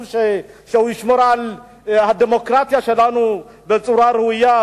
שישמור על הדמוקרטיה שלנו בצורה ראויה,